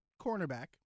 cornerback